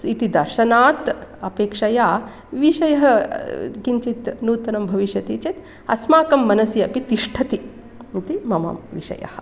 इति दर्शनात् अपेक्षया विषयः किञ्चित् नूतनं भविष्यति चेत् अस्माकं मनसि अपि तिष्ठति इति मम विषयः